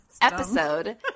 episode